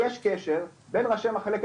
אז אני מבקש לחקור אם יש קשר בין ראשי מחלקת